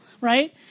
right